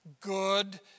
good